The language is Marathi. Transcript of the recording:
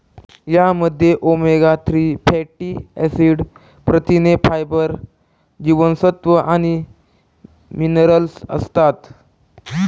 यामध्ये ओमेगा थ्री फॅटी ऍसिड, प्रथिने, फायबर, जीवनसत्व आणि मिनरल्स असतात